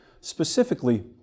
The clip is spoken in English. Specifically